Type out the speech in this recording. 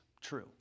true